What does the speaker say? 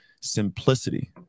Simplicity